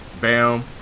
Bam